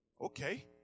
okay